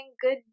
good